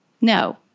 No